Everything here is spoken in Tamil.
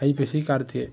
ஐப்பசி கார்த்திகை